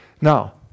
Now